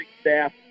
staff